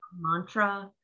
mantra